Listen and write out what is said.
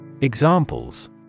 Examples